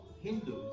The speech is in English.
Hindus